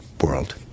world